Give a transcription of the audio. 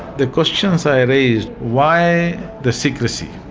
the questions i raised, why the secrecy?